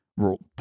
Rule